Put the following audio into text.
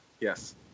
yes